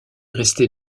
restait